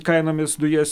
kainomis dujas